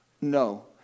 No